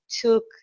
took